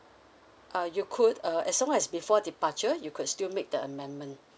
uh you could err as long as before departure you could still make the amendment